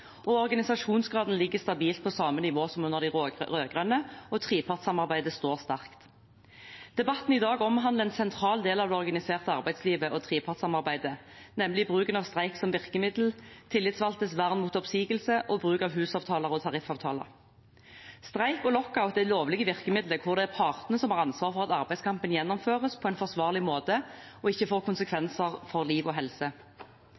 organisasjonsgraden ligger stabilt på samme nivå som under de rød-grønne, og trepartssamarbeidet står sterkt. Debatten i dag omhandler en sentral del av det organiserte arbeidslivet og trepartssamarbeidet, nemlig bruken av streik som virkemiddel, tillitsvalgtes vern mot oppsigelse og bruk av husavtaler og tariffavtaler. Streik og lockout er lovlige virkemidler, hvor det er partene som har ansvaret for at arbeidskampen gjennomføres på en forsvarlig måte og ikke får konsekvenser for liv og helse.